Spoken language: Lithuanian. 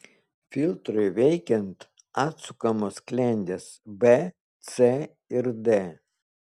filtrui veikiant atsukamos sklendės b c ir d